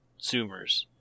Zoomers